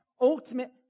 ultimate